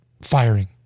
firing